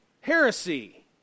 heresy